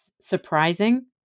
surprising